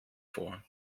vor